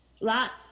Lots